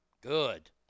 Good